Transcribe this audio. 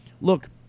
look